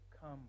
come